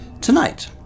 Tonight